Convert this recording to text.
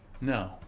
No